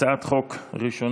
הצעת חוק ראשונה,